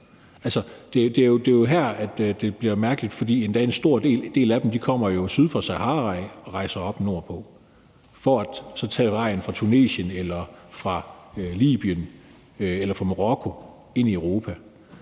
Det er jo her, at det bliver mærkeligt, for en stor del af dem kommer jo syd fra Sahara af og rejser op nordpå for så at tage vejen fra Tunesien eller fra Libyen eller fra Marokko ind i Europa.